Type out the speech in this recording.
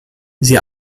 sie